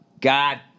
God